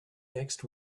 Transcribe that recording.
next